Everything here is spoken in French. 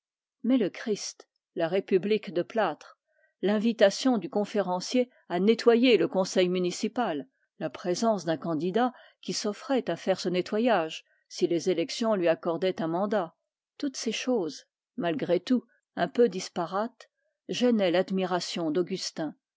mais le christ la république de plâtre l'invitation du conférencier à nettoyer le conseil municipal la présence d'un candidat qui s'offrait à faire ce nettoyage si les électeurs lui accordaient un mandat toutes ces choses malgré tout un peu disparates gênaient l'admiration